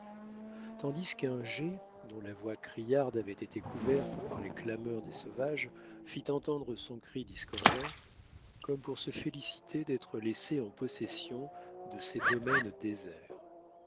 tandis qu'un geai dont la voix criarde avait été couverte par les clameurs des sauvages fit entendre son cri discordant comme pour se féliciter d'être laissé en possession de ses domaines déserts